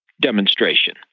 demonstration